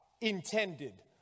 intended